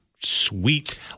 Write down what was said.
sweet